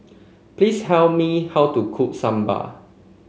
please tell me how to cook sambal